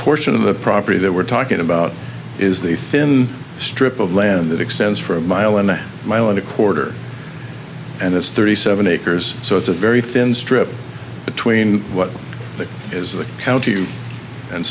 portion of the property that we're talking about is the thin strip of land that extends for a mile and a mile and a quarter and it's thirty seven acres so it's a very thin strip between what is the county and